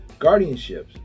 Guardianships